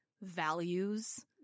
values